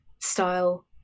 style